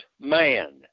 man